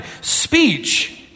speech